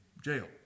jail